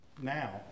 Now